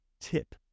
tip